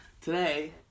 Today